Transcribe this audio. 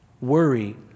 Worry